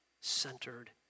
centered